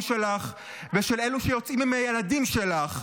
שלך ושל אלו שיוצאים עם הילדים שלך,